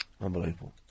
Unbelievable